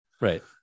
Right